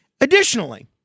Additionally